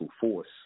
force